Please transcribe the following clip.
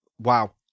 Wow